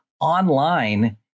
online